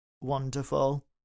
wonderful